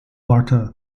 walter